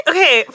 Okay